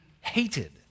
hated